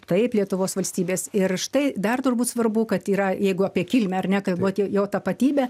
taip lietuvos valstybės ir štai dar turbūt svarbu kad yra jeigu apie kilmę ar ne tai buvo jo tapatybę